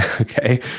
Okay